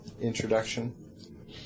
introduction